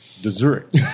Dessert